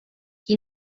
qui